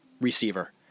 receiver